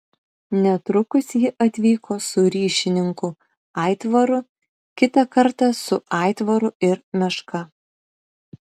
netrukus ji atvyko su ryšininku aitvaru kitą kartą su aitvaru ir meška